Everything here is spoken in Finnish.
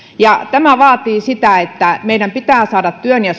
tämä vaatii sitä että meidän pitää saada työ ja